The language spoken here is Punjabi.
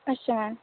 ਅੱਛਾ ਮੈਮ